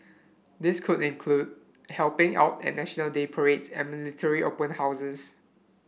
this could include helping out at National Day parades and military open houses